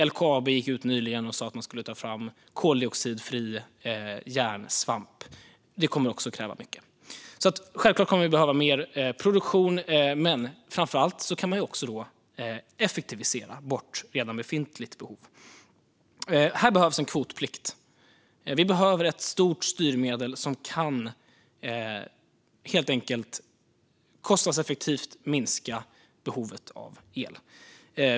LKAB gick nyligen ut och sa att man ska ta fram koldioxidfri järnsvamp. Det kommer också att kräva mycket el. Självklart kommer vi att behöva mer produktion. Men framför allt kan man effektivisera bort en del av befintligt behov. Här behövs en kvotplikt. Vi behöver ett stort styrmedel som kostnadseffektivt kan minska behovet av el.